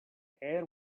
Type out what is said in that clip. air